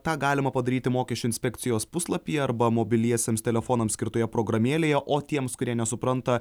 tą galima padaryti mokesčių inspekcijos puslapyje arba mobiliesiems telefonams skirtoje programėlėje o tiems kurie nesupranta